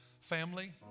Family